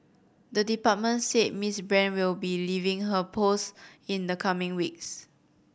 the department said Miss Brand will be leaving her post in the coming weeks